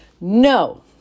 No